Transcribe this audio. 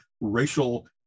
racial